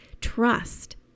trust